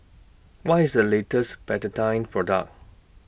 What IS The latest Betadine Product